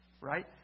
right